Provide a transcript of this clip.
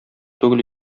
түгел